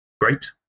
great